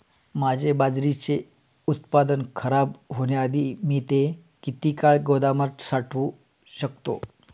माझे बाजरीचे उत्पादन खराब होण्याआधी मी ते किती काळ गोदामात साठवू शकतो?